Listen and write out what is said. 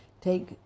take